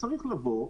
צריך לומר,